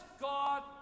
God